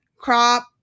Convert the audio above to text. crop